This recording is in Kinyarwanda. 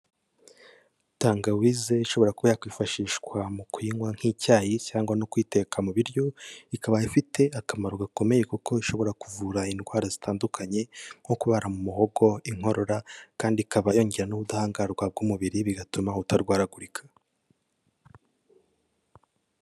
Tangawize ishobora kuba yakwifashishwa mu kuyinywa nk'icyayi cyangwa no kuyiteka mu biryo, ikaba ifite akamaro gakomeye kuko ishobora kuvura indwara zitandukanye nko kubabara mu muhogo, inkorora kandi ikaba yongera n'ubudahangarwa bw'umubiri bigatuma utarwaragurika.